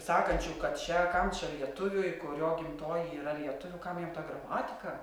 sakančių kad čia kam čia lietuviui kurio gimtoji yra lietuvių kam jam tą gramatiką